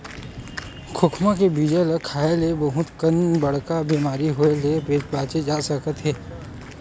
खोखमा के बीजा ल खाए ले बहुत कन बड़का बेमारी होए ले बाचे जा सकत हे